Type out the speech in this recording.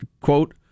quote